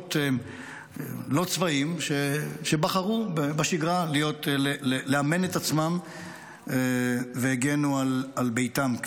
כוחות לא צבאיים שבחרו בשגרה לאמן את עצמם והגנו על ביתם,